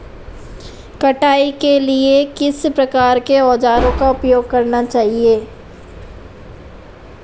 कटाई के लिए किस प्रकार के औज़ारों का उपयोग करना चाहिए?